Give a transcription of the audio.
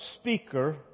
speaker